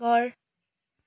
घर